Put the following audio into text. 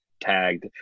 tagged